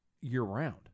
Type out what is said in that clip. year-round